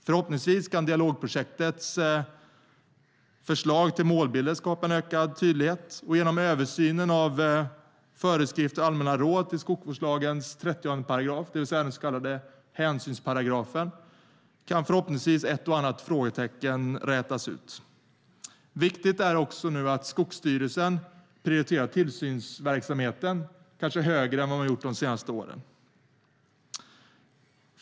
Förhoppningsvis kan dialogprojektets förslag till målbilder skapa en ökad tydlighet, och genom översynen av föreskrifter och allmänna råd till skogsvårdslagens § 30, det vill säga den så kallade hänsynsparagrafen, kan förhoppningsvis ett och annat frågetecken rätas ut. Viktigt är att Skogsstyrelsen nu prioriterar tillsynsverksamheten kanske högre än vad man gjort de senare åren.